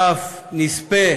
אף נספי